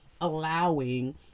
allowing